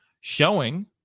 showing